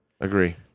Agree